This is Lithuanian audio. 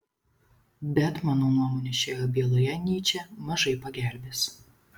bet mano nuomone šioje byloje nyčė mažai pagelbės